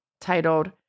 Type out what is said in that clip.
titled